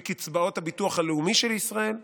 מקצבאות הביטוח הלאומי של ישראל,